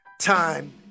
time